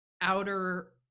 outer